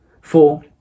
four